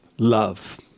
Love